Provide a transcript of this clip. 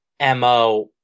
MO